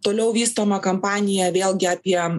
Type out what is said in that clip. toliau vystoma kampanija vėlgi apie